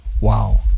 Wow